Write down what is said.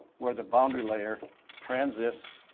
where the boundary layer transits